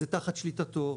זה תחת שליטתו,